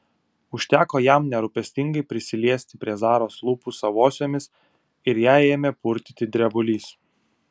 užteko jam nerūpestingai prisiliesti prie zaros lūpų savosiomis ir ją ėmė purtyti drebulys